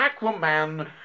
Aquaman